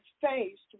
faced